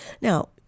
Now